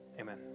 Amen